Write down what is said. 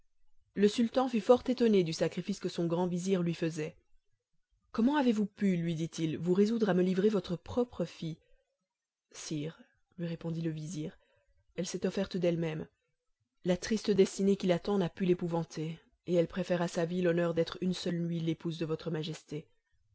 le sultan fut fort étonné du sacrifice que son grand vizir lui faisait comment avez-vous pu lui dit-il vous résoudre à me livrer votre propre fille sire lui répondit le vizir elle s'est offerte d'elle-même la triste destinée qui l'attend n'a pu l'épouvanter et elle préfère à sa vie l'honneur d'être une seule nuit l'épouse de votre majesté